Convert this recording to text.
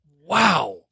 Wow